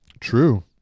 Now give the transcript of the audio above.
True